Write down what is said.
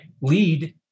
Lead